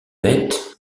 pete